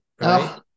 Right